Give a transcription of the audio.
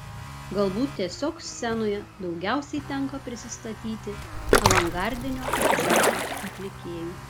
galbūt tiesiog scenoje daugiausiai tenka prisistatyti avangardinio džiazo atlikėju